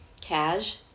cash